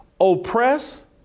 oppress